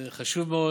זה חשוב מאוד,